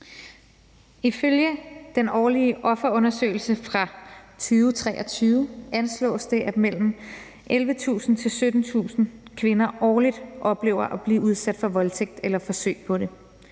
Ifølge den årlige offerundersøgelse fra 2023 anslås det, at mellem 11.000 og 17.000 kvinder årligt oplever at blive udsat for voldtægt eller forsøg på det.